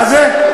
מה זה?